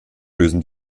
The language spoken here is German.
lösen